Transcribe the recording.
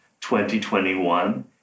2021